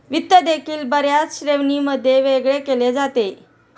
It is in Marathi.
वित्त देखील बर्याच श्रेणींमध्ये वेगळे केले जाते